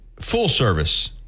full-service